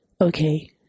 okay